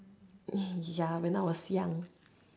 ya when I was young